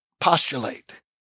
postulate